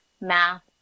math